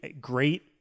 great